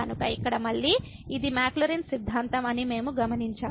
కనుక ఇక్కడ మళ్ళీ ఇది మాక్లౌరిన్ సిద్ధాంతం అని మేము గమనించాము